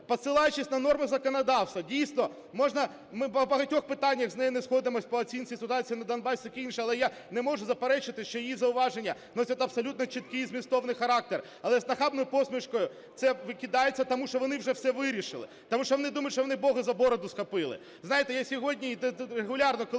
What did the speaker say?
посилаючись на норми законодавства… Дійсно, ми по багатьох питаннях з нею не сходимося, по оцінці ситуації на Донбасі і таке інше, але я не можу заперечити, що її зауваження носять абсолютно чіткий і змістовний характер. Але з нахабною посмішкою це викидається, тому що вони вже все вирішили, тому що вони думають, що вони Бога з бороду схопили. Ви знаєте, я сьогодні, регулярно, коли